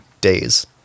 days